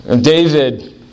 David